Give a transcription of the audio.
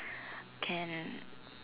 can